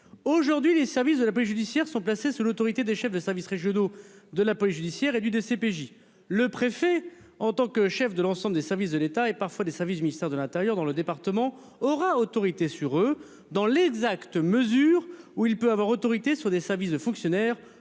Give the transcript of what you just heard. Aujourd'hui, les services de la police judiciaire sont placés sous l'autorité des chefs de service régionaux de police judiciaire et du directeur central de la police judiciaire. Le préfet, en tant que chef de l'ensemble des services de l'État et parfois des services du ministère de l'intérieur dans le département, aura autorité sur eux, dans l'exacte mesure où il peut avoir autorité sur des services de fonctionnaires,